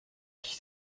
qui